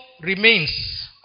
remains